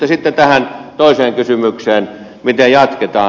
sitten toiseen kysymykseen miten jatketaan